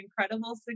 incredible